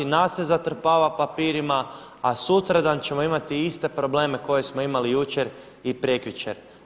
Nas se zatrpava papirima, a sutradan ćemo imati iste probleme koje smo imali jučer i prekjučer.